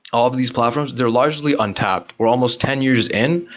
all of these platforms, they're largely untapped we're almost ten years in,